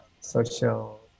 social